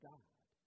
God